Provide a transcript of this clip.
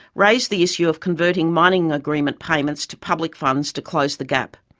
raised the issue of converting mining agreement payments to public funds to close the gap.